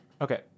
Okay